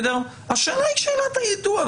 השאלה היא שאלת היידוע.